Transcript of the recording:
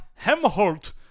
Hemholt